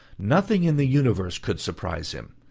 nothing in the universe could surprise him,